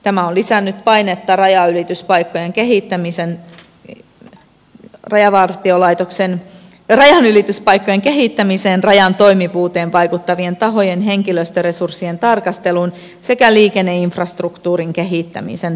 tämä on lisännyt painetta rajanylityspaikkojen kehittämiseen rajan toimivuuteen vaikuttavien tahojen henkilöstöresurssien tarkasteluun sekä liikenneinfrastruktuurin kehittämisen tarpeeseen